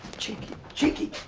cheeky. cheeky!